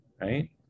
right